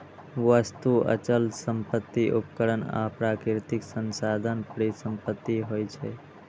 वस्तु, अचल संपत्ति, उपकरण आ प्राकृतिक संसाधन परिसंपत्ति होइ छै